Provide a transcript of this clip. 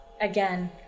again